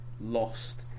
lost